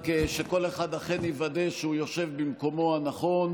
רק שכל אחד יוודא שהוא אכן יושב במקומו הנכון.